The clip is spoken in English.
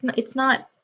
it's not.